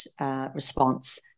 response